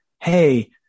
Hey